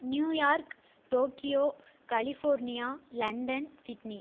New York Tokyo California London Sydney